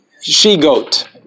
she-goat